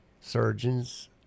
surgeons